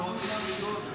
מה, אני לא אזרח?